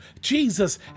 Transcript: Jesus